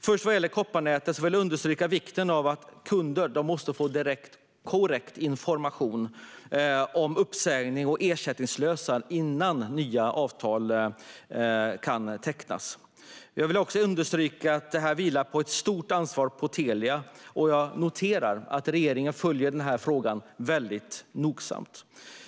Först vad gäller kopparnätet vill jag understryka vikten av att kunder måste få korrekt information om uppsägning och ersättningslösningar innan nya avtal kan tecknas. Jag vill också understryka att ett stort ansvar vilar på Telia. Jag noterar att regeringen följer frågan väldigt nogsamt.